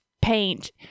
paint